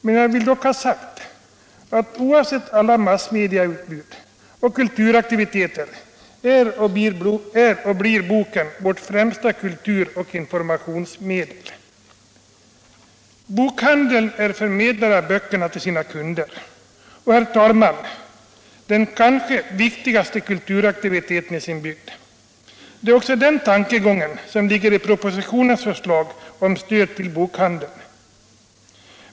Men jag vill ha sagt att oavsett alla massmedieutbud och kulturaktiviteter är och förblir boken vårt främsta kulturoch informationsmedel. Bokhandeln är förmedlare av böckerna till sina kunder och, herr talman, den kanske viktigaste kulturaktiviteten i bygden. Det är också den tankegången som ligger bakom propositionens förslag om stöd till bokhandeln.